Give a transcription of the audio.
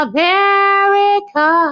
America